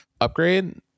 upgrade